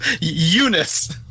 Eunice